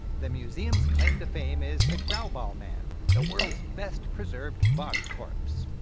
the museum's claim to fame is the grauballe man, the world's best-preserved bog corpse.